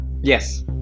Yes